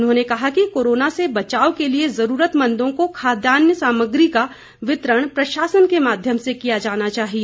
उन्होंने कहा कि कोरोना से बचाव के लिए ज़रूरतमंदों को खाद्यान्न सामग्री का वितरण प्रशासन के माध्यम से किया जाना चाहिए